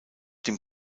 dem